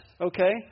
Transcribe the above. okay